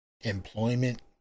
Employment